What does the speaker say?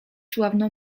sławną